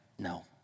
No